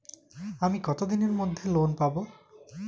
আমি কতদিনের মধ্যে লোন পাব?